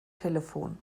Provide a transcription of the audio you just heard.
telefon